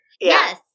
Yes